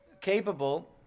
capable